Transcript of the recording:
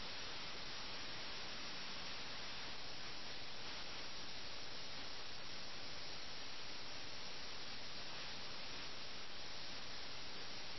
അതുകൊണ്ട് അവർ രാഷ്ട്രീയമായി നിഷ്ക്രിയരാണ് അവർ നിസ്സംഗരാണ് എന്നാൽ അവരുടെ വ്യക്തിപരമായ ധൈര്യം ഈ ചെസ്സ് ഗെയിമിലൂടെയും പ്രകടമാണ്